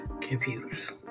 computers